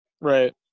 Right